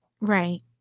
Right